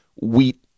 wheat